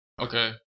Okay